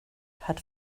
hat